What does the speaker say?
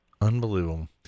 Unbelievable